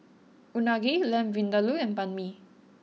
Unagi Lamb Vindaloo and Banh Mi